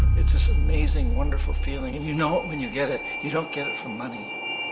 it's this amazing wonderful feeling and you know it when you get it. you don't get it from money,